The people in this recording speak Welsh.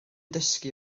dysgu